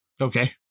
Okay